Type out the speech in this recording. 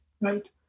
Right